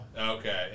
Okay